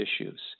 issues